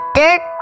dirt